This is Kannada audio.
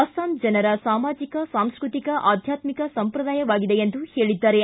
ಅಸ್ವಾಂ ಜನರ ಸಾಮಾಜಿಕ ಸಾಂಸ್ಕೃತಿಕ ಆಧ್ಯಾತ್ಮಿಕ ಸಂಪ್ರದಾಯವಾಗಿದೆ ಎಂದು ಹೇಳಿದ್ದಾರೆ